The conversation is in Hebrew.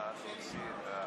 ההצבעה